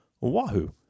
Wahoo